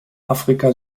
afrika